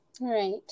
Right